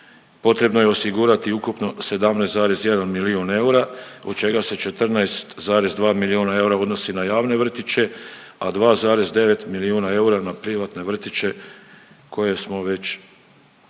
potrebno je osigurati ukupno 17,1 milijun eura od čega se 14,2 milijuna eura odnosi na javne vrtiće, a 2,9 milijuna eura na privatne vrtiće koje smo već spomenuli.